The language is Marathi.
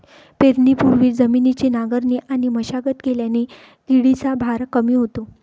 पेरणीपूर्वी जमिनीची नांगरणी आणि मशागत केल्याने किडीचा भार कमी होतो